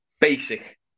basic